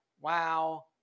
wow